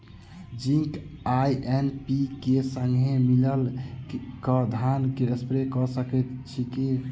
Zinc आ NPK, संगे मिलल कऽ धान मे स्प्रे कऽ सकैत छी की?